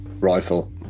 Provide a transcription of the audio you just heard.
rifle